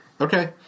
Okay